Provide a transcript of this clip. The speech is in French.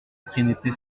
trinité